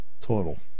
total